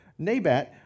Nabat